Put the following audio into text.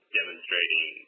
demonstrating